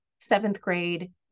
seventh-grade